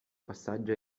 passaggio